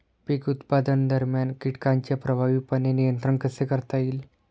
पीक उत्पादनादरम्यान कीटकांचे प्रभावीपणे नियंत्रण कसे करता येईल?